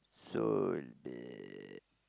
so